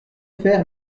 faire